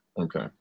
Okay